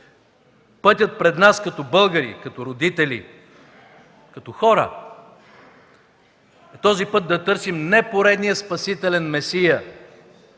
Пътят пред нас като българи, като родители, като хора, е да търсим не поредния спасителен месия,